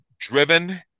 driven